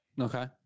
Okay